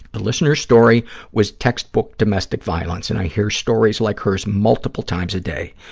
the listener's story was textbook domestic violence, and i hear stories like hers multiple times a day.